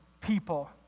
people